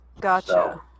Gotcha